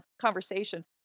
conversation